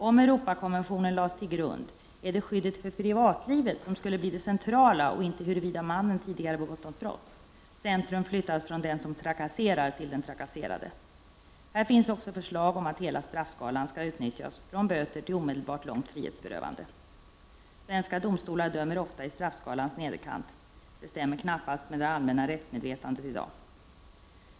Om Europakonventionen lades till grund skulle skyddet för privatlivet bli det centrala och inte huruvida mannen tidigare begått något brott. Centrum flyttas från den som trakasseras till den trakasserade. Här finns också förslag om att hela straffskalan skall utnyttjas, från böter till omedelbart långt frihetsberövande. Svenska domstolar dömer ofta i straffskalans nederkant. Detta stämmer knappast med det allmänna rättsmedvetandet i dag.